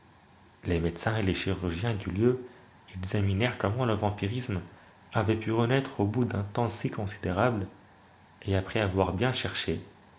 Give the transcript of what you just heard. les médecins et les chirurgiens du lieu examinèrent comment le vampirisme avait pu renaître au bout d'un tems si considérable et après avoir bien cherché